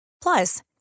Plus